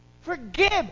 Forgive